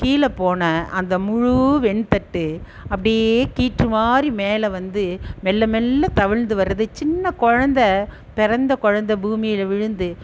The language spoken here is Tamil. கீழே போன அந்த முழு வெண் தட்டு அப்படியே கீற்று மாதிரி மேலே வந்து மெல்ல மெல்ல தவிழ்ந்து வரது சின்ன குழந்த பிறந்த குழந்த பூமியில் விழுந்து